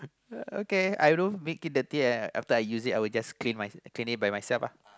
okay I don't make it dirty after I use it I will just clean I will just clean it by myself ah